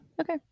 okay